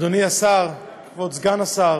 אדוני השר, כבוד סגן השר,